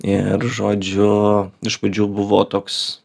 ir žodžiu iš pradžių buvo toks